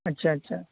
اچھا اچھا